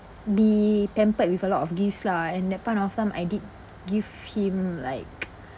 be pampered with a lot of gifts lah and that point of time I did give him like